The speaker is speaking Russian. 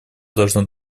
должно